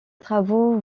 travaux